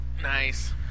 Nice